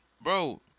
bro